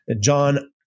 John